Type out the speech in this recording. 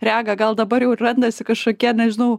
regą gal dabar jau randasi kažkokie nežinau